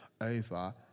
over